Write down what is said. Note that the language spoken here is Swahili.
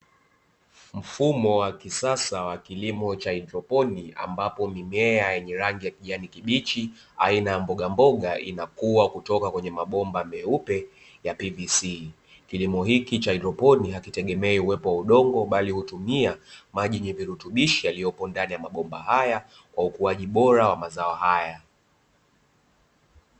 Mfumo wa kisasa wa kilimo cha haidroponi ambapo mimea yenye rangi ya kijani kibichi aina ya mbogamboga, inakuwa kutoka kwenye mabomba meupe ya "PVC", kilimo hiki cha haidroponi hakitegemei uwepo udongo bali hutumia maji na virutubisho yaliyopo ndani ya magomba haya kwa ukuaji bora wa mazao haya.